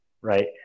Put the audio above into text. Right